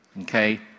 Okay